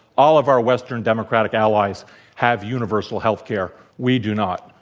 all of our western democratic allies have universal healthcare. we do not.